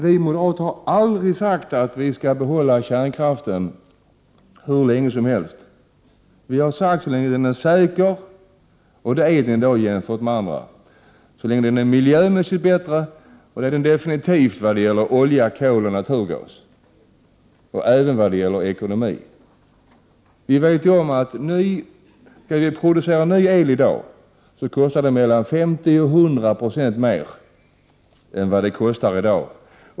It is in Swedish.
Vi moderater har aldrig sagt att vi skall behålla kärnkraften hur länge som helst. Vi har sagt: så länge den är säker. Och säker är den i dag jämfört med andra energikällor, så länge den är miljömässigt bättre, och det är den definitivt i förhållande till olja, kol och naturgas, och även beträffande ekonomin. Skall vi producera ny el kostar det mellan 50 och 100 96 mer än vad det kostar i dag.